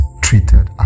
treated